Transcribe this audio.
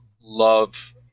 love